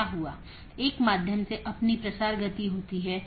IGP IBGP AS के भीतर कहीं भी स्थित हो सकते है